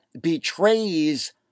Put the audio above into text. betrays